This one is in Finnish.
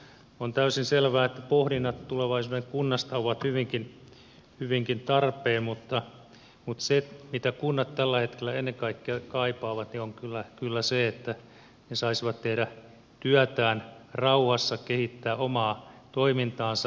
on täysin selvää että pohdinnat tulevaisuuden kunnasta ovat hyvinkin tarpeen mutta se mitä kunnat tällä hetkellä ennen kaikkea kaipaavat on kyllä se että ne saisivat tehdä työtään rauhassa kehittää omaa toimintaansa